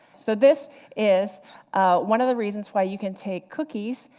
so this is one of the reasons why you can take cookies,